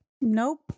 nope